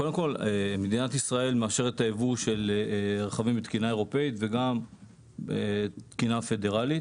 מדינת ישראל מאפשרת יבוא של רכבים עם תקינה אירופאית ותקינה פדראלית.